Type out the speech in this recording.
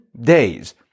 days